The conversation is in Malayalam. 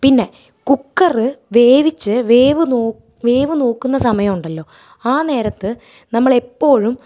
പിന്നെ കുക്കറ് വേവിച്ച് വേവ് നോക്ക് വേവ് നോക്കുന്ന സമയമുണ്ടല്ലോ ആ നേരത്ത് നമ്മളെപ്പോഴും